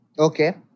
Okay